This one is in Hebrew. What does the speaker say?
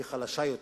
היא חלשה יותר,